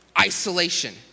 isolation